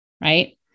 right